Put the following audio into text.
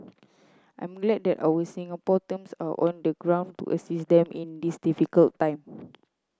I'm glad that our Singapore terms are on the ground to assist them in this difficult time